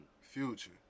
Future